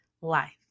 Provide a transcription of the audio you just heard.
life